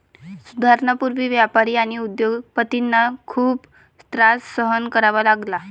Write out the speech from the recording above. सुधारणांपूर्वी व्यापारी आणि उद्योग पतींना खूप त्रास सहन करावा लागला